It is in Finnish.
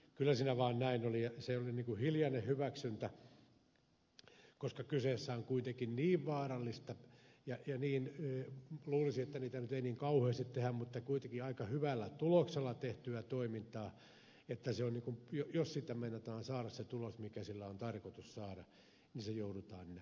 kyllä se vaan näin oli ja se oli ikään kuin hiljainen hyväksyntä koska on kuitenkin niin vaarallisesta asiasta kyse ja luulisi että niitä nyt ei niin kauheasti tehdä mutta ne ovat kuitenkin aika hyvällä tuloksella tehtyä toimintaa että jos meinataan saada se tulos mikä sillä on tarkoitus saada se joudutaan näin tekemään